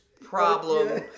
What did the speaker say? problem